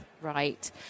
Right